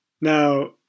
Now